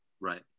Right